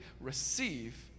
receive